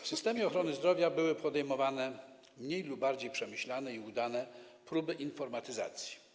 W systemie ochrony zdrowia były podejmowane mniej lub bardziej przemyślane i udane próby informatyzacji.